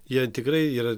jie tikrai yra